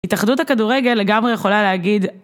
התאחדות הכדורגל לגמרי יכולה להגיד